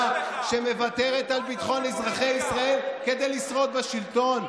שמוותרת על ביטחון אזרחי ישראל כדי לשרוד בשלטון.